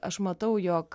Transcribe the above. aš matau jog